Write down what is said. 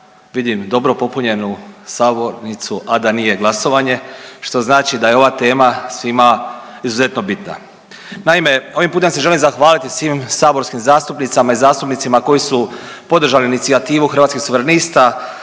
vidim dobro popunjenu sabornicu, a da nije glasovanje što znači da je ova tema svima izuzetno bitna. Naime, ovim putem se želim zahvaliti svim saborskim zastupnicama i zastupnicima koji su podržali inicijativu Hrvatskih suverenista